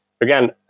again